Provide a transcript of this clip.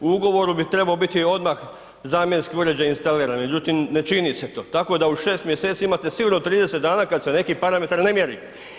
U ugovoru bi trebao biti odmah zamjenski uređaj instaliran, međutim ne čini se to, tako da u šest mjeseci imate sigurno trideset dana kada se neki parametar ne mjeri.